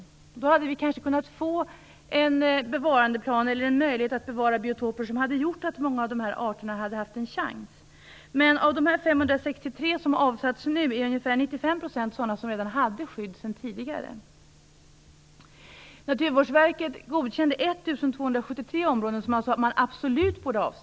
Om det hade blivit så skulle vi kanske kunnat få en bevarandeplan, och en möjlighet att bevara biotoper, som hade gjort att många av dessa arter hade haft en chans att överleva. Av de 563 områden som nu har avsatts är ungefär Naturvårdsverket godkände 1 273 områden. Man sade att dessa absolut borde avsättas.